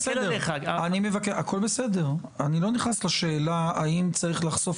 אני לא נכנס לשאלה האם צריך לחשוף